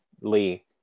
Lee